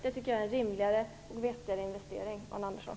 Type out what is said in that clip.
Jag tycker att det är en vettigare och rimligare investering, Arne Andersson.